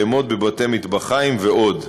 בהמות בבתי-מטבחיים ועוד.